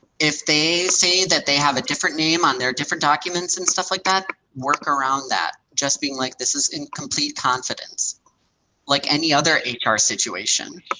if they say that they have a different name on their different documents and stuff like that, work around that, just being like this is in complete confidence like any other h r. situation?